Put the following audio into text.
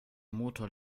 motor